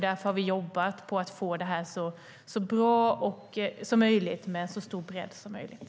Därför har vi jobbat på att få det så bra som möjligt med en så stor bredd som möjligt.